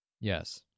Yes